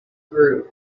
group